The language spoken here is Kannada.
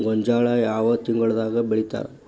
ಗೋಂಜಾಳ ಯಾವ ತಿಂಗಳದಾಗ್ ಬೆಳಿತಾರ?